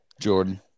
Jordan